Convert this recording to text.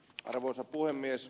arvoisa puhemies